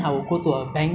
unless it's by mistake